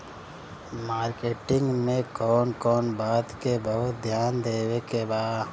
Marketing मे कौन कौन बात के बहुत ध्यान देवे के बा?